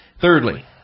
Thirdly